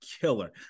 killer